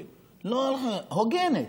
הוגנת,